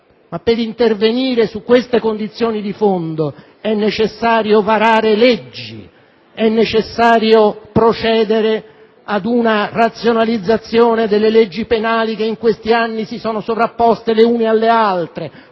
per intervenire su queste condizioni di fondo è necessario varare leggi, procedere ad una razionalizzazione delle leggi penali che in questi anni si sono sovrapposte le une alle altre,